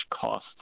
costs